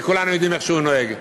וכולנו יודעים איך שהוא נוהג.